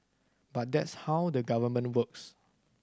but that's how the Government works